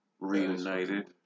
Reunited